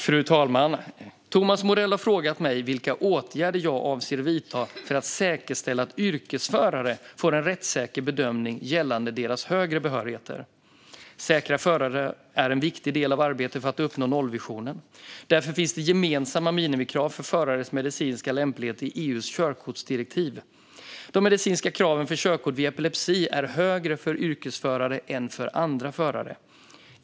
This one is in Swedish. Fru talman! Thomas Morell har frågat mig vilka åtgärder jag avser att vidta för att säkerställa att yrkesförare får en rättssäker bedömning gällande deras högre behörigheter. Säkra förare är en viktig del av arbetet för att uppnå nollvisionen. Därför finns det gemensamma minimikrav för förares medicinska lämplighet i EU:s körkortsdirektiv. De medicinska kraven för körkort vid epilepsi är högre för yrkesförare än för andra förare.